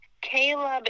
Caleb